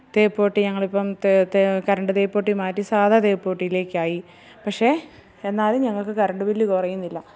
തേപ്പുപെട്ടി ഞങ്ങളിപ്പോള് തേ കരണ്ട് തേപ്പുപെട്ടി മാറ്റി സാധാ തേപ്പുപെട്ടിയിലേക്കായി പക്ഷെ എന്നാലും ഞങ്ങള്ക്ക് കരണ്ട് ബില്ല് കുറയുന്നില്ല